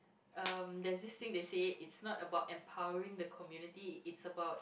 um there's this thing they say it's not about empowering the community it's about